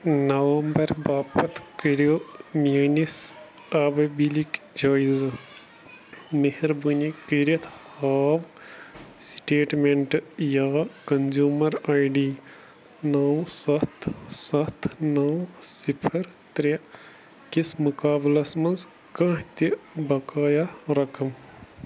نومبر باپَتھ کٔرِو میٲنِس آبہٕ بِلِک جٲیزِ مہربٲنی کٔرِتھ ہاو سِٹیٹمٮ۪نٛٹ یا کنزیوٗمر آی ڈی نو سَتھ سَتھ نو صِفر ترٛےٚ کِس مقابلس منٛز کانٛہہ تہِ بقایا رقم